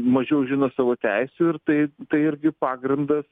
mažiau žino savo teisių ir tai tai irgi pagrindas